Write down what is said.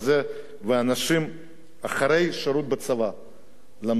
ואנשים אחרי שירות בצבא למדו בישיבות.